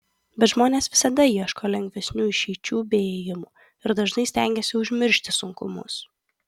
bet žmonės visada ieško lengvesnių išeičių bei ėjimų ir dažnai stengiasi užmiršti sunkumus